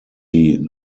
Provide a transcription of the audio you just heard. die